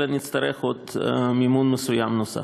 אלא נצטרך עוד מימון מסוים נוסף.